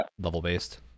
level-based